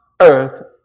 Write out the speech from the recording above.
earth